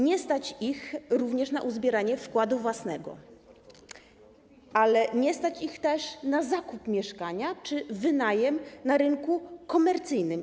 Nie stać ich również na uzbieranie wkładu własnego, ale nie stać ich też na zakup mieszkania czy wynajem na rynku komercyjnym.